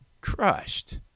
crushed